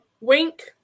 wink